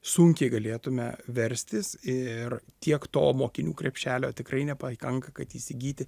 sunkiai galėtume verstis ir tiek to mokinių krepšelio tikrai nepakanka kad įsigyti